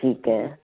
ਠੀਕ ਹੈ